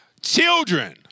children